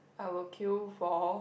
I would queue for